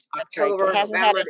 October